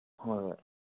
ꯍꯣꯏ ꯍꯣꯏ